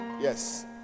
Yes